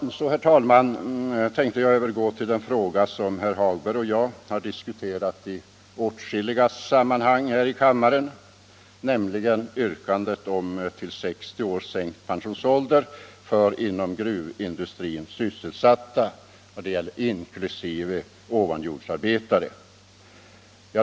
Därefter, herr talman, tänker jag övergå till en fråga som herr Hagberg och jag har diskuterat i åtskilliga sammanhang här i kammaren, nämligen yrkandet om sänkning av pensionsåldern till 60 år för inom gruvindustrin sysselsatta, inkl. ovanjordsarbetare.